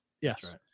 Yes